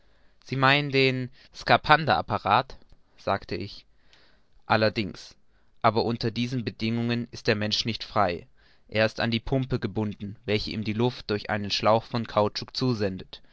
sie meinen den skaphander apparat sagte ich allerdings aber unter diesen bedingungen ist der mensch nicht frei er ist an die pumpe gebunden welche ihm die luft durch einen schlauch von kautschuk zusendet